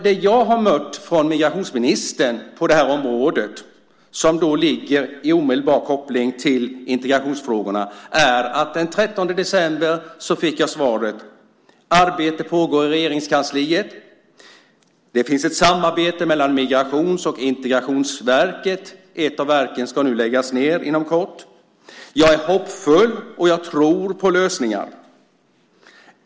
Det jag har mött från migrationsministern på det här området, som har en omedelbar koppling till integrationsfrågorna, är detta: Den 13 december fick jag svaret att arbete pågår i Regeringskansliet. Det finns ett samarbete mellan Migrationsverket och Integrationsverket. Ett av verken ska läggas ned inom kort. Ministern sade också att han var hoppfull och trodde på lösningar.